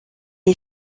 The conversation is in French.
est